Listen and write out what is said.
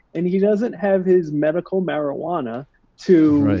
and he doesn't have his medical marijuana to,